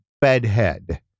Bedhead